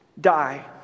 die